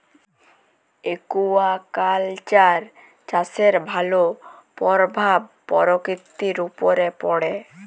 aquaculture চাষের ভালো পরভাব পরকিতির উপরে পড়ে